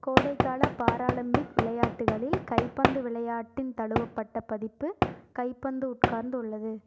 கோடைக்கால para Olympic விளையாட்டுகளில் கைப்பந்து விளையாட்டின் தழுவப்பட்ட பதிப்பு கைப்பந்து உட்கார்ந்து உள்ளது